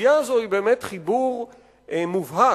הסוגיה הזאת היא באמת חיבור מובהק